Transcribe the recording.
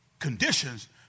conditions